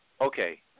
okay